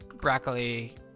broccoli